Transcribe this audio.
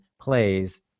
plays